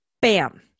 bam